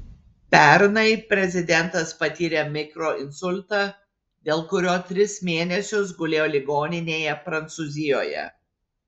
pernai prezidentas patyrė mikroinsultą dėl kurio tris mėnesius gulėjo ligoninėje prancūzijoje